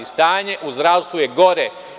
Stanje u zdravstvu je gore.